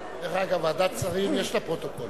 אגב, לוועדת שרים יש פרוטוקול.